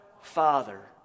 Father